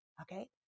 okay